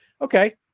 Okay